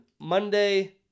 Monday